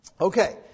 Okay